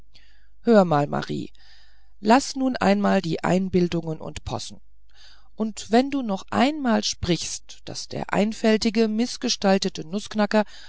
hör mal marie laß nun einmal die einbildungen und possen und wenn du noch einmal sprichst daß der einfältige mißgestaltete nußknacker